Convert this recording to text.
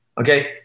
Okay